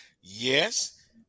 Yes